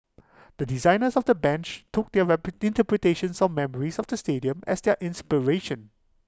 the designers of the bench took their rep interpretations or memories of the stadium as their inspiration